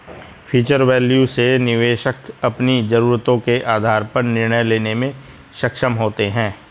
future value से निवेशक अपनी जरूरतों के आधार पर निर्णय लेने में सक्षम होते हैं